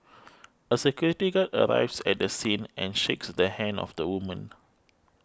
a security guard arrives at the scene and shakes the hand of the woman